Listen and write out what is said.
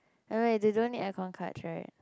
eh wait they don't need aircon cards right